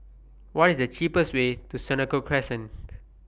What IS The cheapest Way to Senoko Crescent